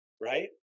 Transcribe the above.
Right